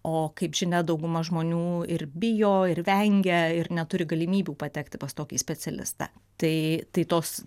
o kaip žinia dauguma žmonių ir bijo ir vengia ir neturi galimybių patekti pas tokį specialistą tai tos